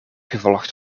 gevolgd